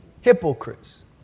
hypocrites